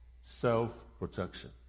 self-protection